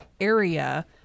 area